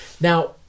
Now